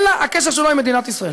אלא הקשר שלו עם מדינת ישראל,